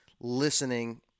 listening